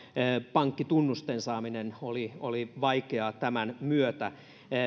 pankkitunnusten saaminen oli vaikeaa tämän myötä